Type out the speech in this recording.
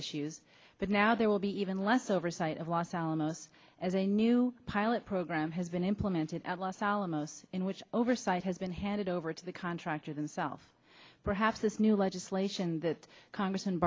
issues but now there will be even less oversight of los alamos as a new pilot program has been implemented at los alamos in which oversight has been handed over to the contractors and self perhaps this new legislation that congressman